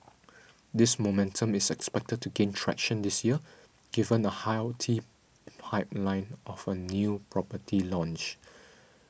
this momentum is expected to gain traction this year given a healthy pipeline of a new property launch